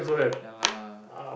ya lah